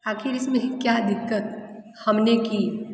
आखिर इसमें क्या दिक्कत हमने की